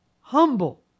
humble